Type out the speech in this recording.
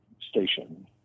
station